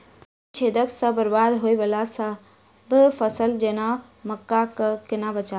फली छेदक सँ बरबाद होबय वलासभ फसल जेना मक्का कऽ केना बचयब?